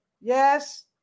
yes